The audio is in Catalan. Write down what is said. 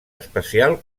especial